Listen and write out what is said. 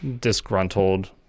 disgruntled